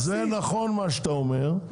זה נכון מה שאתה אומר,